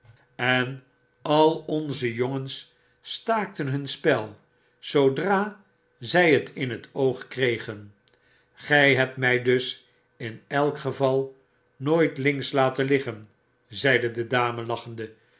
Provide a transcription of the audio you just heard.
en al onze jongens staakten hun spel zoodra zti het in het oog kregen gg hebt my dus in elk geval nooit links laten liggen zeide de dame lachende